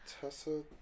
Tessa